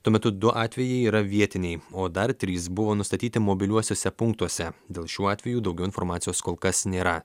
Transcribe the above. tuo metu du atvejai yra vietiniai o dar trys buvo nustatyti mobiliuosiuose punktuose dėl šių atvejų daugiau informacijos kol kas nėra